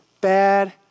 bad